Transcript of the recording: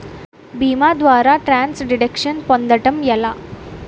భీమా ద్వారా tax deduction పొందటం ఎలా?